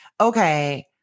okay